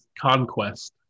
Conquest